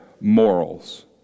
morals